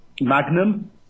Magnum